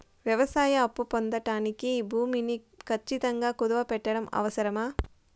వ్యవసాయ అప్పు పొందడానికి భూమిని ఖచ్చితంగా కుదువు పెట్టడం అవసరమా?